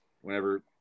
whenever